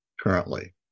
currently